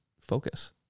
focus